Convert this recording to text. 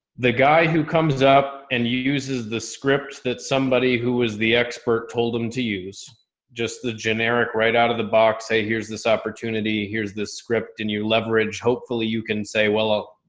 the guy who comes up and you uses the script that somebody who was the expert told them to use just the generic right out of the box. say, here's this opportunity. here's this script and you leverage, hopefully you can say, well,